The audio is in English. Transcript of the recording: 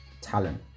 talent